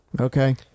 Okay